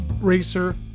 racer